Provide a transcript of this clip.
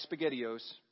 SpaghettiOs